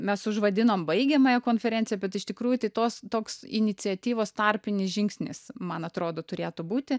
mes užvadinom baigiamąja konferencija bet iš tikrųjų tai tos toks iniciatyvos tarpinis žingsnis man atrodo turėtų būti